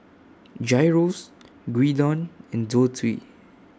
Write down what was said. Gyros Gyudon and Zosui